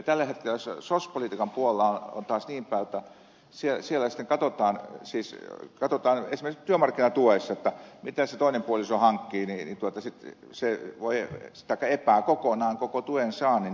tällä hetkellä sos politiikan puolella on taas niinpäin jotta siellä katotaan siis katotaan nyt ja katsotaan esimerkiksi työmarkkinatuessa mitä se toinen puoliso hankkii ja sitten voidaan evätä kokonaan koko tuen saanti